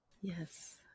Yes